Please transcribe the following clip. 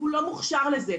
הוא לא מוכשר לזה.